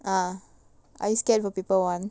ah I scared for paper one